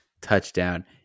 touchdown